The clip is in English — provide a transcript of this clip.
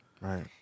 right